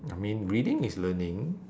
I mean reading is learning